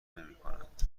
نمیکنند